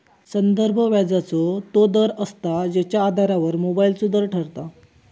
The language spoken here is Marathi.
संदर्भ व्याजाचो तो दर असता जेच्या आधारावर मोबदल्याचो दर ठरता